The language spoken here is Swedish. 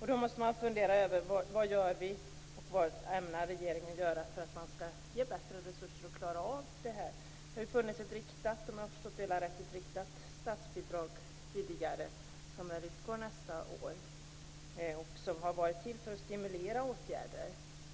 Då måste vi fundera över vad vi gör. Vad ämnar regeringen göra för att kunna ge bättre resurser och klara av problemet? Det har tidigare, om jag har förstått det hela rätt, funnits ett riktat statsbidrag, som försvinner nästa år. Det har varit till för att stimulera åtgärder.